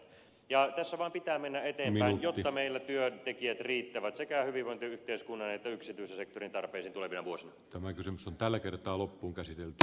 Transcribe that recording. tässä vain pitää mennä eteenpäin jotta meillä työntekijät riittävät sekä hyvinvointiyhteiskunnan että yksityisen sektorin tarpeisiin tulevina vuosina tämä kysymys on tällä kertaa loppuunkäsitelty